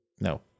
no